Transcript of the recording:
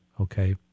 okay